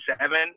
seven